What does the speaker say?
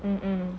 and you know